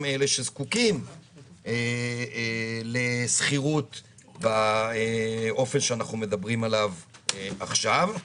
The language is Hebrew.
אלה שזקוקים לשכירות באופן שאנחנו מדברים עליו עכשיו.